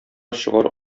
чыгар